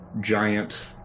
giant